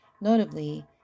Notably